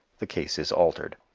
the case is altered.